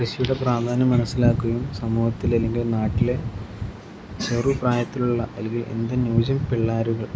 കൃഷിയുടെ പ്രാധാന്യം മനസ്സിലാക്കുകയും സമൂഹത്തിലെ അല്ലെങ്കിൽ നാട്ടിലെ ചെറുപ്രായത്തിലുള്ള അല്ലെങ്കിൽ എന്തിന് ന്യൂ ജെന് പിള്ളാരുകൾ